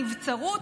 נבצרות,